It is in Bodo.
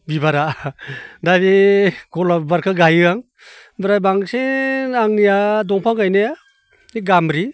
बिबारा दा बे गलाब बिबारखो गायो आं ओमफ्राय बांसिन आंनिआ दंफां गायनाया ओइ गामब्रि